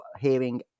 hearing